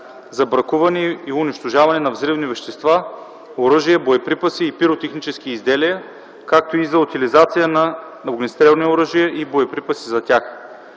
за бракуване и унищожаване на взривни вещества, оръжия, боеприпаси и пиротехнически изделия, както и за утилизация на огнестрелни оръжия и боеприпаси за тях.